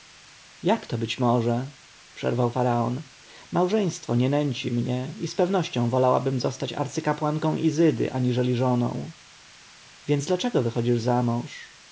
może być przerwał faraon małżeństwo nie nęci mnie i z pewnością wolałabym zostać arcykapłanką izydy aniżeli żoną więc dlaczego wychodzisz zamąż